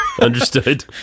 Understood